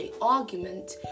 argument